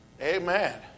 Amen